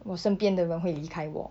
我身边的人会离开我